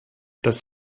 das